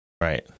Right